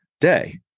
day